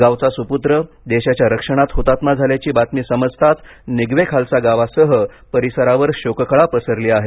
गावचा सुपुत्र देशाच्या रक्षणात हुतात्मा झाल्याची बातमी समजताच निगवे खालसा गावासह परिसरावर शोककळा पसरली आहे